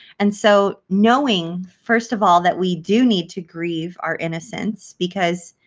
and so knowing first of all that we do need to grieve our innocence because